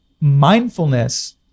mindfulness